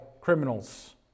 criminals